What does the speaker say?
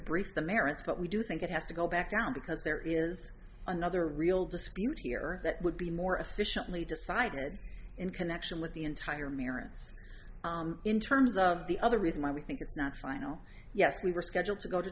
briefed the merits but we do think it has to go back down because there is another real dispute here that would be more efficiently decided in connection with the entire marrons in terms of the other reason why we think it's not final yes we were scheduled to go to